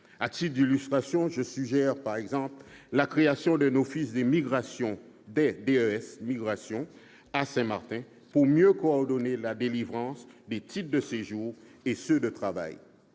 À titre d'illustration, je suggère la création d'un office des migrations à Saint-Martin, pour mieux coordonner la délivrance des titres de séjour et de travail.